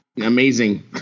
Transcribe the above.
amazing